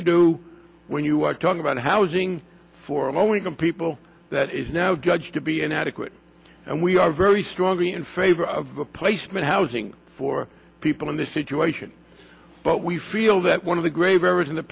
you do when you are talking about housing for low income people that is now judged to be inadequate and we are very strongly in favor of the placement housing for people in this situation but we feel that one of the grave errors in the